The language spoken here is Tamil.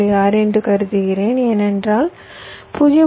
6 என்று கருதுகிறேன் ஏனென்றால் 0